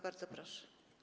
Bardzo proszę.